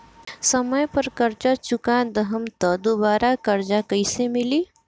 समय पर कर्जा चुका दहम त दुबाराकर्जा कइसे मिली?